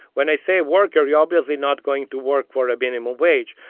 when i say worker, you're obviously not going to work for a minimum wage.